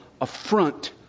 affront